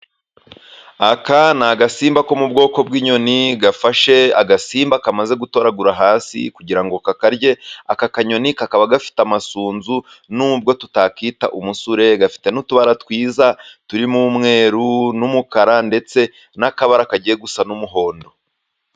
Aka ni agasimba ko mu bwoko bw'inyoni, gafashe agasimba kamaze gutoragura hasi kugira ngo kakarye, aka kanyoni kakaba gafite amasunzu nubwo tutakita umusure, gafite n'utubara twiza turimo umweru n'umukara, ndetse n'akabara kagiye gusa n'umuhondo.